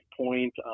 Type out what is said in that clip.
point